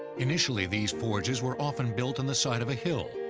initially, these forges were often built on the side of a hill,